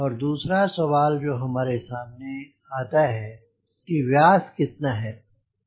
और दूसरा सवाल जो सामने आता है कि व्यास कितना है